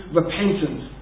repentance